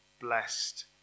blessed